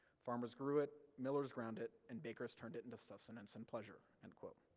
farmers grew it, millers ground it, and bakers turned it into sustenance and pleasure. and